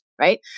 Right